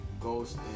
Ghost